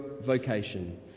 vocation